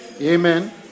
Amen